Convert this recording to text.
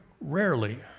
rarely